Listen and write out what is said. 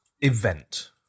event